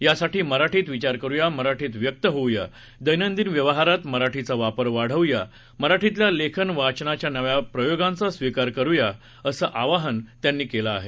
यासाठी मराठीत विचार करुया मराठीत व्यक्त होऊया दैनंदिन व्यवहारात मराठीचा वापर वाढवू या मराठीतील्या लेखन वाचनाच्या नव्या प्रयोगांचा स्वीकार करू या असं आवाहन त्यांनी केलं आहे